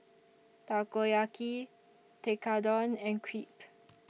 Takoyaki Tekkadon and Crepe